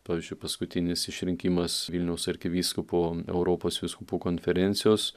pavyzdžiui paskutinis išrinkimas vilniaus arkivyskupu europos vyskupų konferencijos